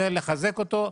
צריך לחזק אותו.